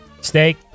Steak